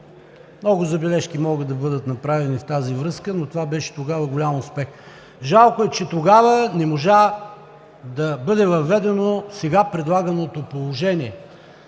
много забележки могат да бъдат направени в тази връзка, но това беше тогава голям успех. Жалко е, че тогава не можа да бъде въведено сега предлаганото положение,